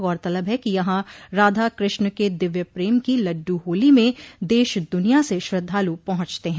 गौरतलब है कि यहां राधा कृष्ण के दिव्य प्रेम की लड्डू होली में देश दुनिया स श्रद्धालु पहुंचते हैं